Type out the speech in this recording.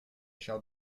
shall